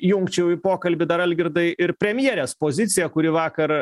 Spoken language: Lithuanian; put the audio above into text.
įjungčiau į pokalbį dar algirdai ir premjerės poziciją kuri vakar